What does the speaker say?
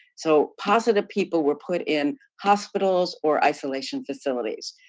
so, positive people were put in hospitals, or isolation facilities.